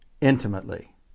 intimately